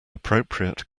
appropriate